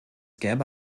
gäbe